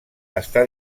està